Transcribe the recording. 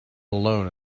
alone